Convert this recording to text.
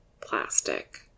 plastic